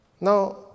Now